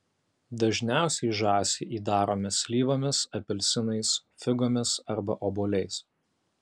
dažniausiai žąsį įdarome slyvomis apelsinais figomis arba obuoliais